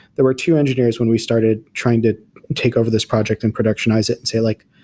there were two engineers when we started trying to take over this project and productionize it, and say like,